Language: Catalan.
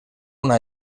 una